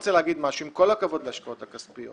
רוצה להגיד שאם כל הכבוד להשפעות הכספיות